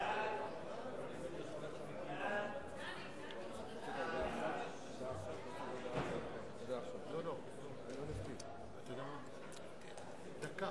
ההצעה להעביר את הצעת חוק חינוך ממלכתי (תיקון,